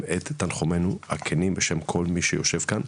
את תנחומינו הכנים בשם כל מי שיושב כאן.